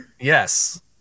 Yes